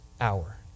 hour